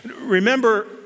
Remember